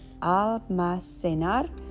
almacenar